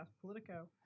Politico